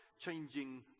changing